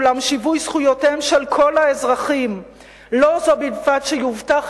אולם שיווי זכויותיהם של כל האזרחים לא זו בלבד שיובטח,